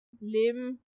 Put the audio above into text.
Lim